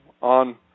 on